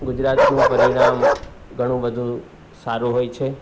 ગુજરાતનું પરિણામ ઘણું બધું સારું હોય છે